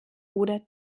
oder